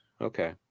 Okay